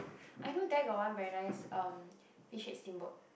I know there got one very nice um fish head steamboat